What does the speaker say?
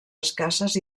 escasses